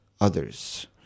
others